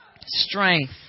strength